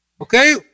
okay